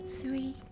Three